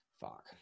Fuck